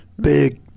big